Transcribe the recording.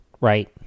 right